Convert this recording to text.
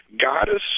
goddess